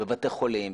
בתי חולים,